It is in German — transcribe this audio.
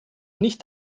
nicht